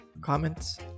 comments